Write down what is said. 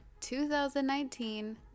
2019